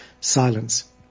silence